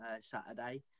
Saturday